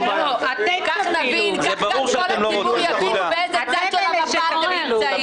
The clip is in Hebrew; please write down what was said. כך כל הציבור יבין באיזה צד של המפה אתם נמצאים.